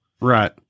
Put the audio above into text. Right